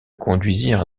conduisirent